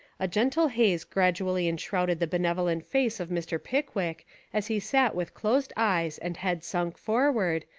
a gentle haze gradually enshrouded the benevolent face of mr. pickwick as he sat with closed eyes and head sunk forward,